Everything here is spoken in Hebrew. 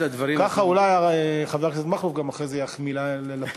ככה אולי חבר הכנסת מכלוף גם אחרי זה יחמיא ללפיד,